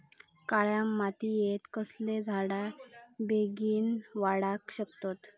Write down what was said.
काळ्या मातयेत कसले झाडा बेगीन वाडाक शकतत?